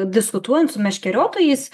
diskutuojant su meškeriotojais